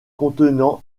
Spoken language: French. contenant